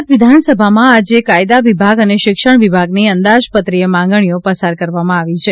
ગુજરાત વિધાનસભામાં આજે કાયદા વિભાગ અને શિક્ષણ વિભાગની અંદાજપત્રીય માગણીઓએ પસાર કરવામાં આવી છે